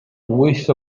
wyth